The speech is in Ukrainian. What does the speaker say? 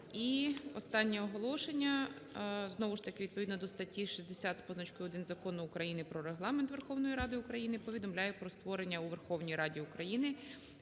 І останнє оголошення. Знову ж таки відповідно до статті 60 з позначкою 1 Закону України "Про Регламент Верховної Ради України" повідомляю про створення у Верховній Раді України